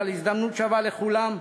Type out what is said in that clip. על הזדמנות שווה לכולם,